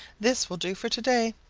this will do for to-day.